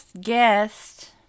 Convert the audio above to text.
guest